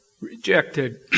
rejected